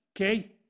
okay